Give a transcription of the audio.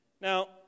Now